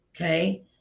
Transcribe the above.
okay